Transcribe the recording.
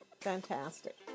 fantastic